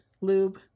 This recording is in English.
Lube